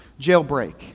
jailbreak